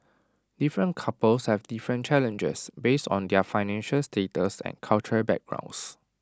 different couples have different challenges based on their financial status and cultural backgrounds